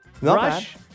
Rush